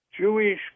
Jewish